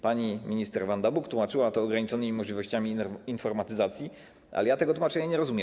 Pani minister Wanda Buk tłumaczyła to ograniczonymi możliwościami informatyzacji, ale ja tego tłumaczenia nie rozumiem.